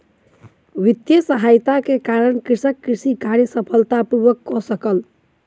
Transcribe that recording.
वित्तीय सहायता के कारण कृषक कृषि कार्य सफलता पूर्वक कय सकल